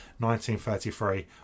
1933